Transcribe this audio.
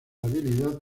habilidad